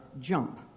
jump